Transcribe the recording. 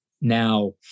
Now